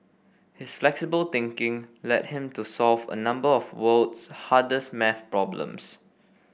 his flexible thinking led him to solve a number of the world's hardest math problems